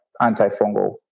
antifungal